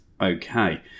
Okay